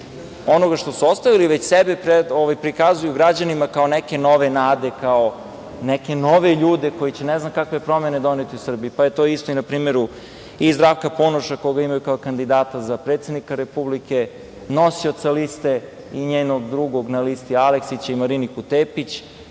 onoga što su ostavili, već sebe prikazuju građanima kao neke nove nade, kao neke novi ljude koji će ne znam kakve promene doneti u Srbiji. To je isto na primeru i Zdravka Ponoša koga imaju kao kandidata za predsednika Republike, nosioca liste i njenog drugog na listi Aleksića i Mariniku